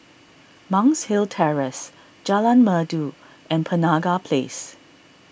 Monk's Hill Terrace Jalan Merdu and Penaga Place